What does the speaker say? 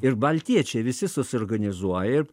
ir baltiečiai visi suorganizuoja ir